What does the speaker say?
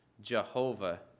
Jehovah